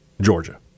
Georgia